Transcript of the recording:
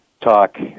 talk